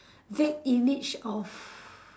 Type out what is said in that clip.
vague image of